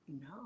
no